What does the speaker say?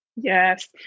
Yes